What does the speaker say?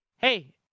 Hey